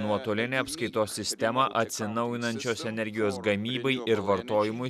nuotolinę apskaitos sistemą atsinaujinančios energijos gamybai ir vartojimui